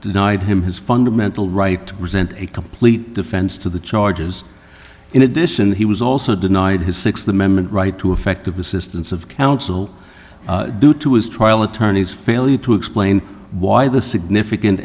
denied him his fundamental right to present a complete defense to the charges in addition he was also denied his sixth amendment right to effective assistance of counsel due to his trial attorneys failure to explain why the significant